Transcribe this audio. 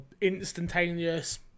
instantaneous